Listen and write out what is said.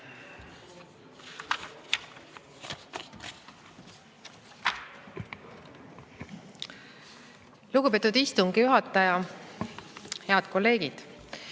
Lugupeetud istungi juhataja! Head kolleegid!